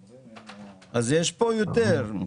אם כך, יש כאן יותר.